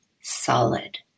solid